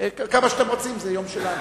כמה שאתם רוצים, זה יום שלנו.